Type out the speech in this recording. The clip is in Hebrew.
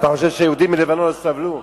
אתה חושב שיהודים בלבנון לא סבלו?